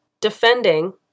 defending